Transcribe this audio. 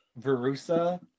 verusa